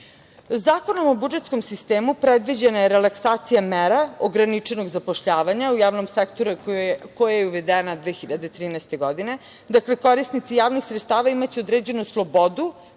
mesta. Zakonom o budžetskom sistemu predviđena je relaksacija mera ograničenog zapošljavanja u javnom sektoru koja je uvedena 2013. godine. Dakle, korisnici javnih sredstava imaće određenu slobodu